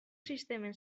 sistemen